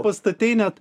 pastatei net